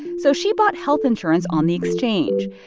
so she bought health insurance on the exchange.